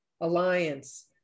Alliance